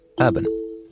urban